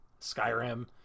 Skyrim